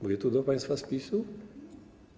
Mówię tu do państwa z PiS-u.